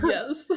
Yes